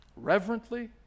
reverently